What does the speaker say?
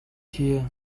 here